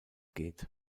geht